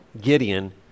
Gideon